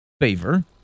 favor